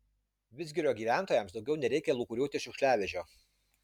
vidzgirio gyventojams daugiau nereikia lūkuriuoti šiukšliavežio